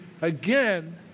again